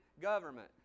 government